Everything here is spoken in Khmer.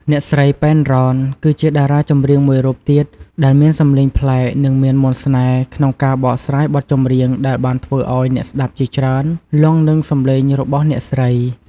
អ្នកស្រី ប៉ែន រ៉ន គឺជាតារាចម្រៀងមួយរូបទៀតដែលមានសម្លេងប្លែកនិងមានមន្តស្នេហ៍ក្នុងការបកស្រាយបទចម្រៀងដែលបានធ្វើឱ្យអ្នកស្តាប់ជាច្រើនលង់នឹងសំឡេងរបស់អ្នកស្រី។